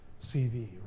CV